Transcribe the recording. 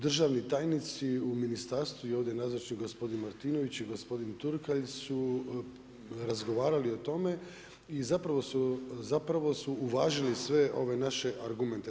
Državni tajnici u Ministarstvu i ovdje nazočni gospodin Martinović i gospodin Turkalj, su razgovarali o tome i zapravo su uvažili sve ove naše argumente.